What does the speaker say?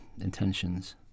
intentions